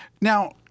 Now